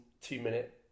two-minute